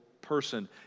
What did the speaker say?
person